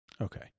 okay